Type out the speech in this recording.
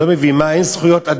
אני לא מבין, מה, אין זכויות אדם?